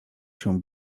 się